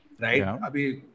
right